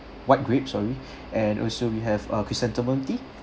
white grape sorry and also we have ah chrysanthemum tea